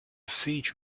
siege